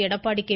Edappadi K